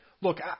look